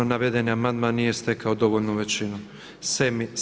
Navedeni amandman nije stekao dovoljnu većinu.